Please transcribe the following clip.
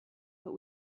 but